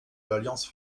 l’alliance